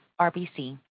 RBC